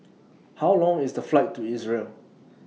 How Long IS The Flight to Israel